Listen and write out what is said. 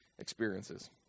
Experiences